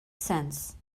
sense